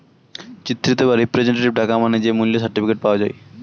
চিত্রিত বা রিপ্রেজেন্টেটিভ টাকা মানে যে মূল্য সার্টিফিকেট পাওয়া যায়